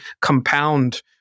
compound